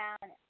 down